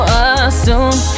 assume